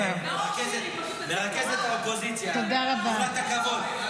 מרכזת האופוזיציה, תנו לה את הכבוד.